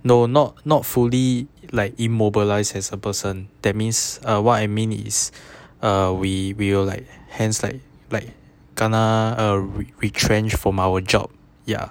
no not not fully like immobilised as a person that means ah what I mean is err we will like hence like like kena re retrenched from our job ya